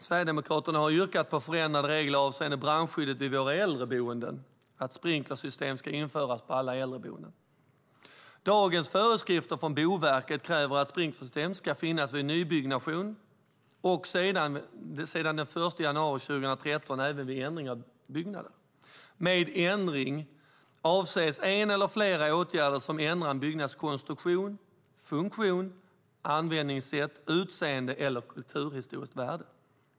Sverigedemokraterna har yrkat på förändrade regler avseende brandskyddet vid våra äldreboenden, att sprinklersystem ska införas på alla äldreboenden. Dagens föreskrifter från Boverket kräver att sprinklersystem ska finnas vid nybyggnation och sedan den 1 januari 2013 även vid ändring av byggnad. Med ändring avses en eller flera åtgärder som ändrar en byggnads konstruktion, funktion, användningssätt, utseende eller kulturhistoriska värde.